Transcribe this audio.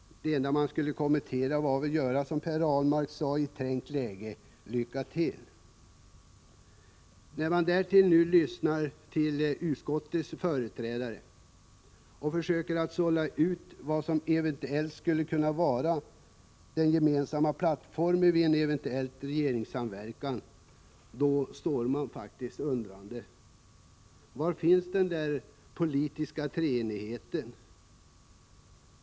Min enda kommentar är det som Per Ahlmark sade i ett trängt läge: Lycka till! När man nu lyssnar till utskottets företrädare och försöker sålla ut vad som skulle kunna vara den gemensamma plattformen vid en eventuell regeringssamverkan, står man faktiskt undrande. Var finns den borgerliga treenigheten?